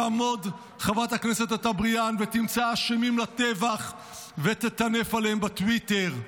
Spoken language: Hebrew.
תעמוד חברת הכנסת אטבריאן ותמצא אשמים לטבח ותטנף עליהם בטוויטר.